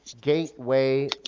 Gateway